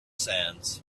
sands